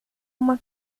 uma